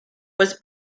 was